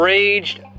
Raged